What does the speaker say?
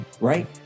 right